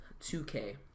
2K